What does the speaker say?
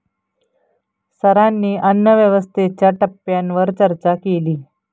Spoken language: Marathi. सरांनी अन्नव्यवस्थेच्या टप्प्यांवर चर्चा केली